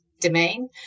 domain